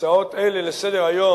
הצעות אלה לסדר-היום,